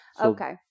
okay